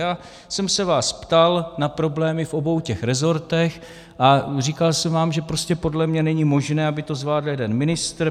Já jsem se vás ptal na problémy v obou resortech a říkal jsem vám, že prostě podle mě není možné, aby to zvládl jeden ministr.